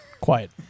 quiet